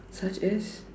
such as